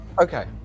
okay